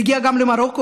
והגיעה גם למרוקו,